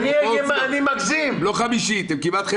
אני בעד מטפלים